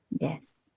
Yes